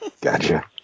Gotcha